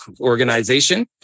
organization